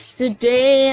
today